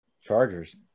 Chargers